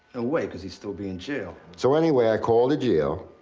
ah way, cause he'd still be in jail. so anyway, i called the jail.